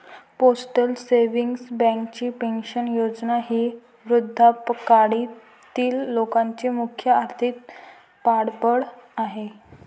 postal savings बँकेची pension योजना ही वृद्धापकाळातील लोकांचे मुख्य आर्थिक पाठबळ आहे